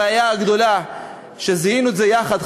הראיה הגדולה היא שזיהינו את זה יחד,